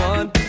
One